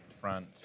front